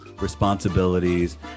responsibilities